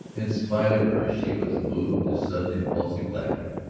in spite of her she was moved to sudden, impulsive laughter.